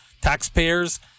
taxpayers